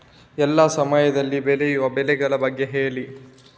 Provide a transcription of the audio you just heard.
ಎಲ್ಲಾ ಸಮಯದಲ್ಲಿ ಬೆಳೆಯುವ ಬೆಳೆಗಳ ಬಗ್ಗೆ ಹೇಳಿ